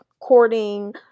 courting